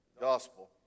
gospel